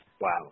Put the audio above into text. Wow